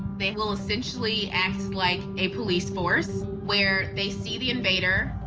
they will essentially act like a police force, where they see the invader,